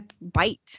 bite